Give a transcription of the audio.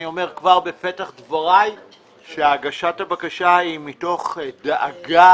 אני אומר כבר בפתח דבריי שהגשת הבקשה היא מתוך דאגה